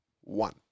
one